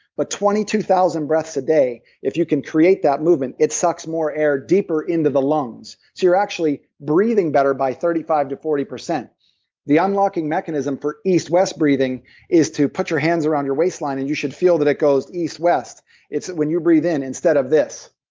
but twenty two thousand breaths a day, if you can create that movement, it sucks more air deeper into the lungs. you're actually breathing better by thirty five to forty point the unlocking mechanism for east-west breathing is to put your hands around your waistline, and you should feel that it goes east-west east-west when you breathe in instead of this,